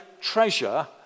treasure